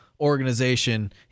organization